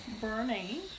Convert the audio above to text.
Bernie